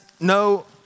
no